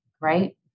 right